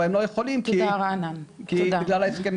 אבל הם לא יכולים כי בגלל ההסכמים.